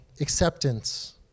acceptance